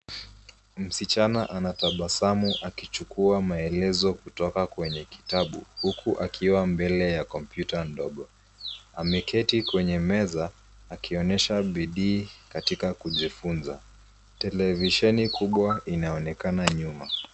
Msichana anatabasamu akichukua maelezo kutoka kwenye kitabu huku akiwa mbele ya kompyuta ndogo. Ameketi kwenye meza akionyesha bidii katika kujifunza. Televisheni kubwa inaonekana nyuma.